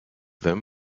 them